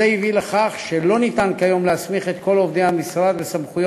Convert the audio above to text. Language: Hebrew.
אשר נועדו לרכז את כלל הסמכויות וסמכויות